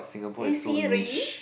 hey Siri